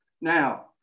Now